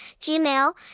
Gmail